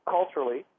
Culturally